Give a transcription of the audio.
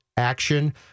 action